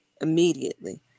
immediately